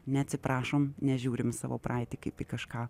neatsiprašom nežiūrim į savo praeitį kaip į kažką